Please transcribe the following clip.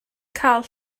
cael